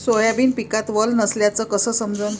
Soybean पिकात वल नसल्याचं कस समजन?